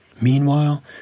Meanwhile